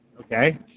Okay